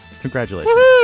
Congratulations